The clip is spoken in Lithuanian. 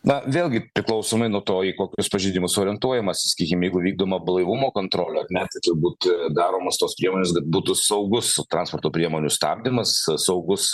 na vėlgi priklausomai nuo to į kokius pažeidimus orientuojamas sakykim jeigu vykdoma blaivumo kontrolė ar ne tai turbūt daromos tos priemonės kad būtų saugus transporto priemonių stabdymas saugus